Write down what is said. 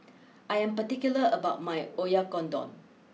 I am particular about my Oyakodon